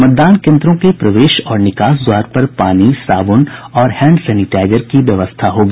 मतदान केंद्रों के प्रवेश और निकास द्वार पर पानी साबुन और हैंड सेनिटाईजर की व्यवस्था होगी